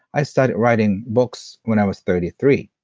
i started writing books when i was thirty three.